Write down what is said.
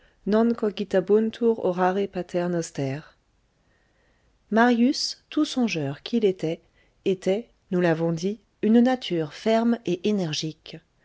noster marius tout songeur qu'il était était nous l'avons dit une nature ferme et énergique